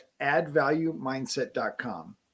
addvaluemindset.com